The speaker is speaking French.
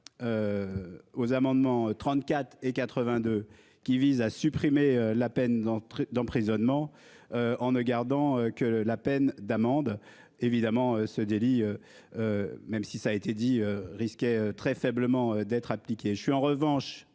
Aux amendements, 34 et 82 qui vise à supprimer la peine d'entrer d'emprisonnement. En ne gardant que la peine d'amende. Évidemment ce délit. Même si ça a été dit risquait très faiblement d'être appliqué. Je suis en revanche